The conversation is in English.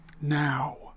now